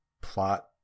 plot